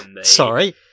Sorry